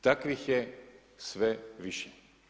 Takvih je sve više.